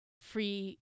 free